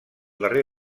darrer